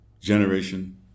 generation